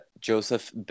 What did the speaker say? Joseph